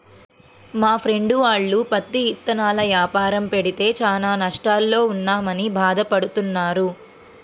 మా ఫ్రెండు వాళ్ళు పత్తి ఇత్తనాల యాపారం పెడితే చానా నష్టాల్లో ఉన్నామని భాధ పడతన్నారు